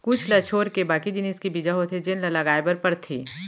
कुछ ल छोरके बाकी जिनिस के बीजा होथे जेन ल लगाए बर परथे